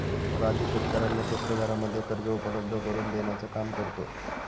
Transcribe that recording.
राजू शेतकऱ्यांना स्वस्त दरामध्ये कर्ज उपलब्ध करून देण्याचं काम करतो